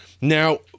Now